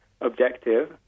objective